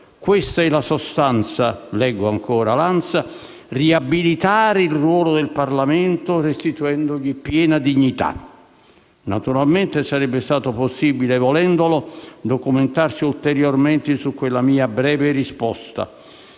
Questa è la sostanza: riabilitare il ruolo del Parlamento», restituendogli piena dignità. Naturalmente, sarebbe stato possibile, volendolo, documentarsi ulteriormente su quella mia breve risposta.